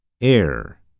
AIR